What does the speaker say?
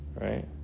right